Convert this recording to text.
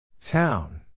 Town